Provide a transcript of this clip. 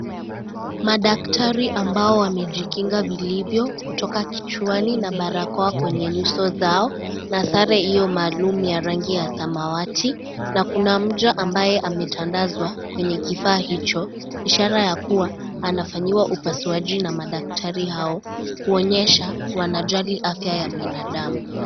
Madaktari ambao wamejikinga vilivyo kutoka kichwani na barakoa kwenye nyuso zao na sare hiyo maalum ya rangi ya samawati na kuna mja ambaye ametandazwa kwenye kifaa hicho, ishara ya kuwa anafanyiwa upasuaji na madaktari hao, kuonyesha wanajali afya na binadamu.